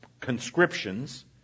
conscriptions